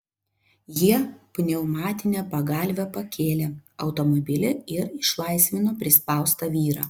jie pneumatine pagalve pakėlė automobilį ir išlaisvino prispaustą vyrą